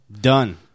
Done